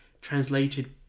translated